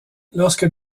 lorsque